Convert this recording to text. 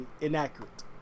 inaccurate